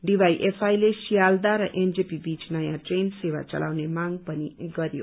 डीवाईएफआईले सियाल्दाह र एनजेपी बीच नयाँ ट्रेन सेवा चलाउने माग पनि गरयो